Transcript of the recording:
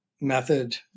method